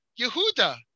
Yehuda